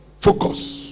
focus